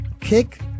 kick